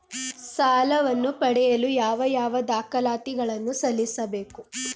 ಸಾಲವನ್ನು ಪಡೆಯಲು ಯಾವ ಯಾವ ದಾಖಲಾತಿ ಗಳನ್ನು ಸಲ್ಲಿಸಬೇಕು?